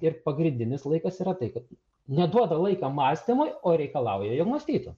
ir pagrindinis laikas yra tai kad neduoda laiko mąstymui o reikalauja jog mąstytų